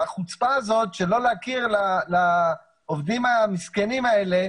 החוצפה הזאת שלא להכיר לעובדים המסכנים האלה,